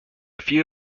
few